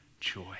joy